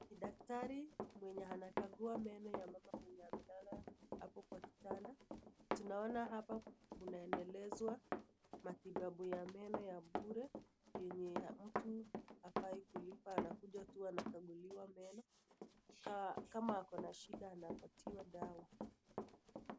Daktari mwenye anakagua meno ya mama amelala hapo kwa kitanda, tunaona hapa kunaendelezwa matibabu ya meno ya bure yenye mtu hafai kulipa anakuja tu anakaguliwa meno kama ako na shida anapatiwa dawa.